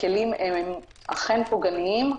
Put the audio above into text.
הכלים הם אכן פוגעניים,